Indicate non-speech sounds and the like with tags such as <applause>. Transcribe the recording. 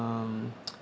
um <noise>